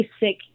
basic